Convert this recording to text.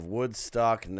Woodstock